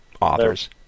authors